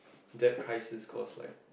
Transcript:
debt crisis cause like